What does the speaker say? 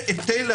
עו"ד כהנא דרור,